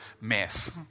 mess